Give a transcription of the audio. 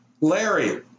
Larry